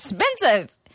expensive